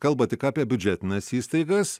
kalba tik apie biudžetines įstaigas